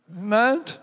Amen